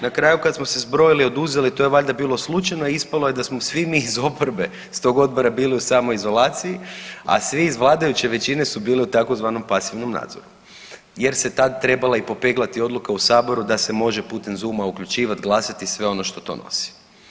Na kraju, kad smo se zbrojili i oduzeli, to je valjda bilo slučajno, a ispalo je da smo svi mi iz oporbe s tog odbora bili u samoizolaciji, a svi iz vladajuće većine su bili u tzv. pasivnom nadzoru jer se tad trebala i popeglati odluka u Saboru da se može putem Zooma uključivati, glasati i sve ono što to nosi.